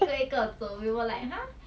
我们回我们的 airbnb